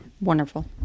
wonderful